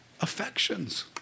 Affections